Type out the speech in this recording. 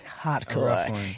hardcore